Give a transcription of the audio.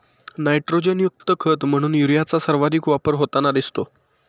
नायट्रोजनयुक्त खत म्हणून युरियाचा सर्वाधिक वापर होताना दिसतो